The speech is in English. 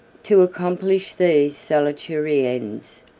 to accomplish these salutary ends,